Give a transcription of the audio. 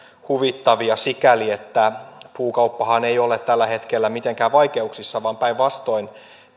huvittavia sikäli että puukauppahan ei ole tällä hetkellä mitenkään vaikeuksissa vaan päinvastoin